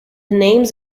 name